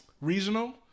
regional